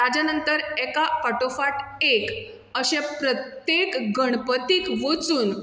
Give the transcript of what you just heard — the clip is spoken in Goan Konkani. ताज्या नंतर एका फाटोफाट एक अशे प्रत्येक गणपतीक वचून